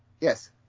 yes